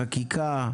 חקיקה,